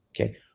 okay